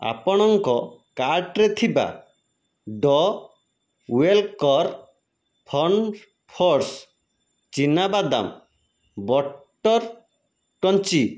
ଆପଣଙ୍କ କାର୍ଟ୍ରେ ଥିବା ଡ ଓ୍ୱୋଲକର୍ ଫନ୍ ଫୁଡ଼୍ସ୍ ଚିନାବାଦାମ ବଟର୍ କ୍ରଞ୍ଚି